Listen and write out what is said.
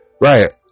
right